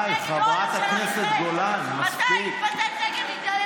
מתי בפעם האחרונה התבטאת נגד, מתי?